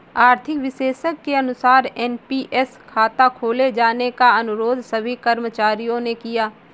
आर्थिक विशेषज्ञ के अनुसार एन.पी.एस खाता खोले जाने का अनुरोध सभी कर्मचारियों ने किया